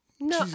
No